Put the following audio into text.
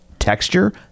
Texture